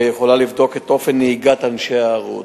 ויכולה לבדוק את אופן נהיגת אנשי הערוץ.